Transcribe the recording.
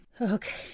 Okay